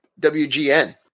WGN